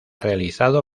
realizado